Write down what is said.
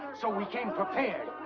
so we came prepared.